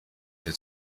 der